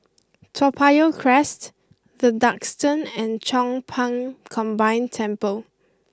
Toa Payoh Crest the Duxton and Chong Pang Combined Temple